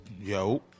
Yo